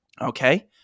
okay